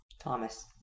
Thomas